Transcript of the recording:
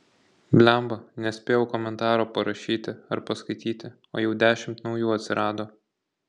blemba nespėjau komentaro parašyti ar paskaityti o jau dešimt naujų atsirado